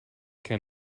can